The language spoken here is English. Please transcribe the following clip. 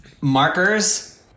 Markers